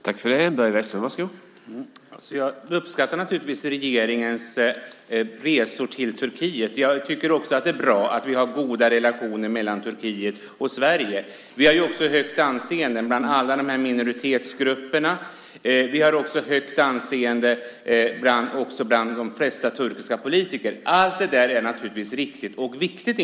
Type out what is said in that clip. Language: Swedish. Herr talman! Jag uppskattar naturligtvis regeringens resor till Turkiet. Jag tycker också att det är bra att vi har goda relationer mellan Turkiet och Sverige. Vi har ett högt anseende hos alla dessa minoritetsgrupper och också hos de flesta turkiska politiker. Allt detta är naturligtvis riktigt och viktigt.